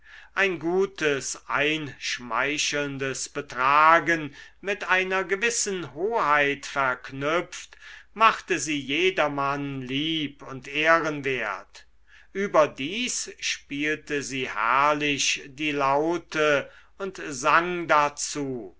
ein gutes einschmeichelndes betragen mit einer gewissen hoheit verknüpft machte sie jedermann lieb und ehrenwert überdies spielte sie herrlich die laute und sang dazu